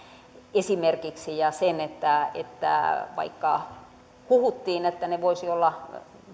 esimerkiksi ja sen että että vaikka huhuttiin että ne voisivat olla